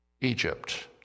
Egypt